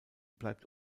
bleibt